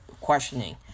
questioning